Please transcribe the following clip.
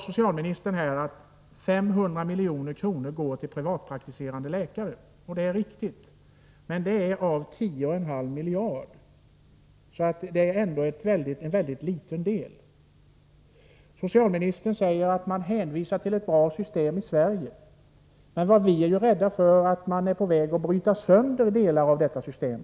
Socialministern sade också att 500 miljoner går till privatpraktiserande läkare. Det är riktigt. Men det skall ses mot ett totalbelopp på 10,5 miljarder, så det rör sig ändå om en mycket liten del. Vidare sade socialministern att man hänvisar till att vi har ett bra system i Sverige. Men vi är rädda för att man är på väg att bryta sönder delar av detta system.